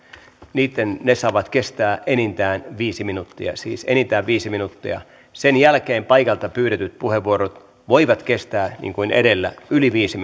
saavat kestää enintään viisi minuuttia siis enintään viisi minuuttia sen jälkeen paikalta pyydetyt puheenvuorot voivat kestää niin kuin edellä yli viisi